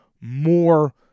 more